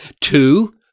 two